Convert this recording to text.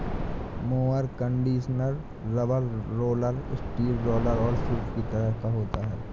mower conditioner rubber roller, steel roller और सूप के तरह का होता है